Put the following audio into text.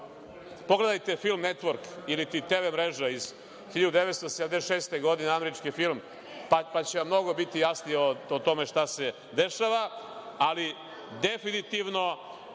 pogledajte film „Netvork“ ili „TV mreža“ iz 1976. godine, američki film, pa će vam mnogo biti jasnije o tome šta se dešava, ali definitivno